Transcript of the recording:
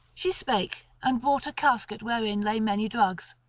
she spake, and brought a casket wherein lay many drugs,